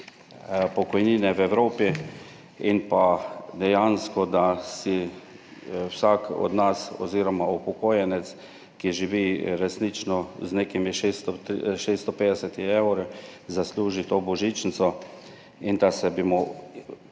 pokojnine v Evropi in pa da si vsak od nas oziroma upokojenec, ki resnično živi z nekimi 650 evri, zasluži to božičnico in da se bi mu